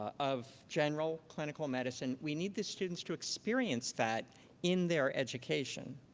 of general clinical medicine. we need the students to experience that in their education.